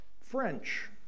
French